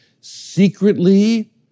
Secretly